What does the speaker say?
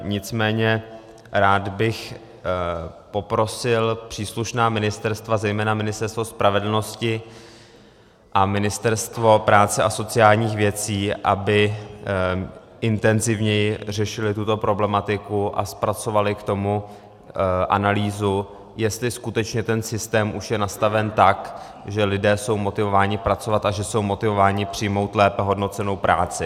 Nicméně rád bych poprosil příslušná ministerstva, zejména Ministerstvo spravedlnosti a Ministerstvo práce a sociálních věcí, aby intenzivněji řešili tuto problematiku a zpracovali k tomu analýzu, jestli skutečně ten systém už je nastaven tak, že lidé jsou motivováni pracovat a že jsou motivováni přijmout lépe hodnocenou práci.